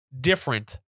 different